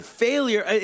failure